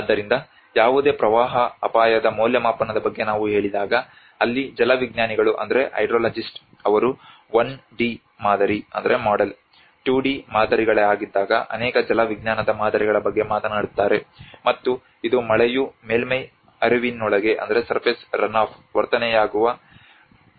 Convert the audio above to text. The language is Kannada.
ಆದ್ದರಿಂದ ಯಾವುದೇ ಪ್ರವಾಹ ಅಪಾಯದ ಮೌಲ್ಯಮಾಪನದ ಬಗ್ಗೆ ನಾವು ಹೇಳಿದಾಗ ಅಲ್ಲಿ ಜಲವಿಜ್ಞಾನಿಗಳು ಅವರು 1 D ಮಾದರಿ 2 D ಮಾದರಿಗಳಾಗಿದ್ದಾಗ ಅನೇಕ ಜಲವಿಜ್ಞಾನದ ಮಾದರಿಗಳ ಬಗ್ಗೆ ಮಾತನಾಡುತ್ತಾರೆ ಮತ್ತು ಇದು ಮಳೆಯು ಮೇಲ್ಮೈ ಹರಿವಿನೊಳಗೆ ಪರಿವರ್ತನೆಯಾಗುವ ಪ್ರಕ್ರಿಯೆಯನ್ನು ಪ್ರತಿನಿಧಿಸುತ್ತದೆ